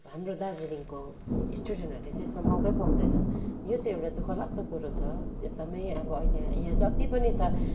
हाम्रो दार्जिलिङको स्टुडेन्टहरूले चाहिँ यसमा मौकै पाउँदैन यो चाहिँ एउटा दुःखलाग्दो कुरा छ एकदमै अब अहिले यहाँ जति पनि छ